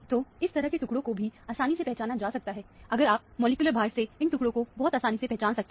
तो इस तरह के टुकड़ों को भी आसानी से पहचाना जा सकता है अगर आप मॉलिक्यूलर भार से इन टुकड़ों को बहुत आसानी से पहचान सकते हैं